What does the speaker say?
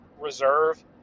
Reserve